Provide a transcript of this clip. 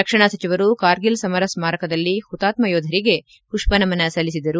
ರಕ್ಷಣಾ ಸಚಿವರು ಕಾರ್ಗಿಲ್ ಸಮರ ಸ್ತಾರಕದಲ್ಲಿ ಹುತಾತ್ನ ಯೋಧರಿಗೆ ಪುಷ್ಷನಮನ ಸಲ್ಲಿಸಿದರು